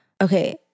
okay